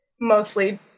mostly